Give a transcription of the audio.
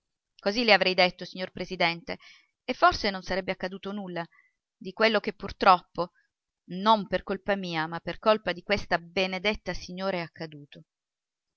così le avrei detto signor presidente e forse non sarebbe accaduto nulla di quello che purtroppo non per colpa mia ma per colpa di questa benedetta signora è accaduto